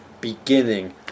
beginning